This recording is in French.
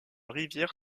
rivière